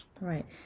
right